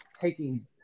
taking